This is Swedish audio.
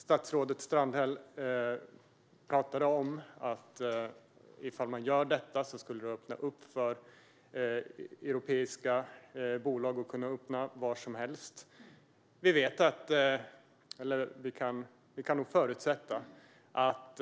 Statsrådet Strandhäll talade om att ifall man gör detta skulle det öppna för europeiska bolag att kunna öppna butiker var som helst. Vi kan nog förutsätta att